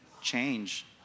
change